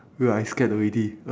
wait I scared already